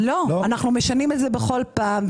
לא, אנחנו משנים את זה כל פעם.